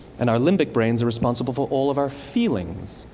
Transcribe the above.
and our limbic brains are responsible for all of our feelings,